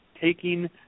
taking